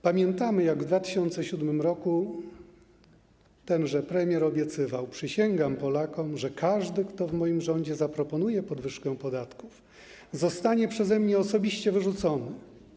Pamiętamy, jak w 2007 r. tenże premier mówił: przysięgam Polakom, że każdy, kto w moim rządzie zaproponuje podwyżkę podatków, zostanie przeze mnie osobiście wyrzucony.